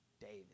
David